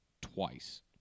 twice